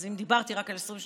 אז אם דיברתי רק על 22%,